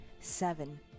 seven